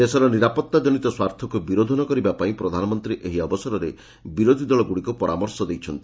ଦେଶର ନିରାପତ୍ତା ଜନିତ ସ୍ୱାର୍ଥକୁ ବିରୋଧ ନ କରିବା ପାଇଁ ପ୍ରଧାନମନ୍ତ୍ରୀ ଏହି ଅବସରରେ ବିରୋଧୀଦଳଗୁଡ଼ିକୁ ପରାମର୍ଶ ଦେଇଛନ୍ତି